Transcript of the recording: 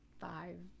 five